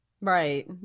right